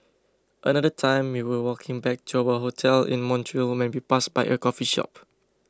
another time we were walking back to our hotel in Montreal when we passed by a coffee shop